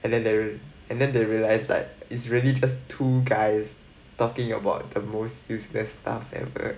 and then and then they realize like it's really just two guys talking about the most useless stuff ever